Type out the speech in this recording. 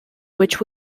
which